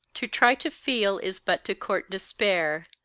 to try to feel is but to court despair,